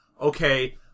okay